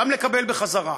גם לקבל בחזרה.